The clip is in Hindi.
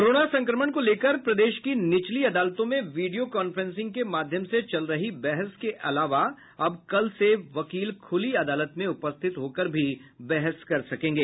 कोरोना संक्रमण को लेकर प्रदेश की निचली अदालतों में वीडियो कॉन्फ्रेंसिंग के माध्यम से चल रही बहस के अलावा अब कल से वकील खुली अदालत में उपस्थित होकर भी बहस कर सकेंगे